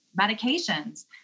medications